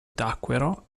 tacquero